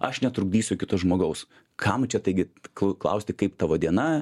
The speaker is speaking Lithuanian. aš netrukdysiu kito žmogaus kam čia taigi ko klausti kaip tavo diena